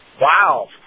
Wow